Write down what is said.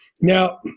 Now